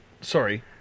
Sorry